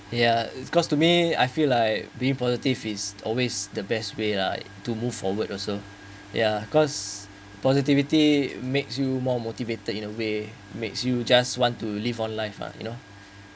ya because to me I feel like being positive is always the best way lah to move forward also ya cause positivity makes you more motivated in a way makes you just want to live on life uh you know